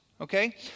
okay